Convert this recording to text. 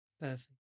Perfect